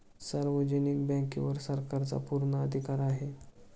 सार्वजनिक बँकेवर सरकारचा पूर्ण अधिकार आहे